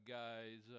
guys